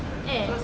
eh